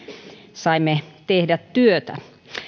saimme tehdä työtä